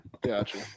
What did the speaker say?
Gotcha